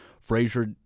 Frazier